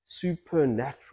Supernatural